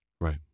Right